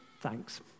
Thanks